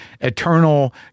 eternal